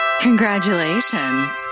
Congratulations